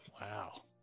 Wow